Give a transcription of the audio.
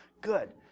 Good